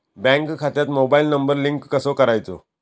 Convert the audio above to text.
Bank खात्यात mobile number link कसो करायचो?